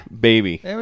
baby